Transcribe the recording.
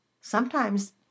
Sometimes